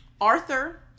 Arthur